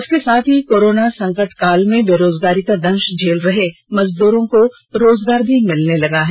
इसके साथ ही कोरोना संकट काल में बेरोजगारी का दंष झेल रहे मजदूरों को रोजगार भी ेमिलने लगा है